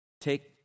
Take